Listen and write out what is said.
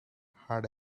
had